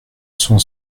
sont